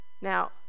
Now